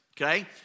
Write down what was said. okay